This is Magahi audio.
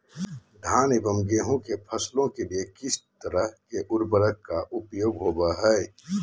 धान एवं गेहूं के फसलों के लिए किस किस तरह के उर्वरक का उपयोग होवत है?